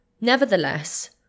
nevertheless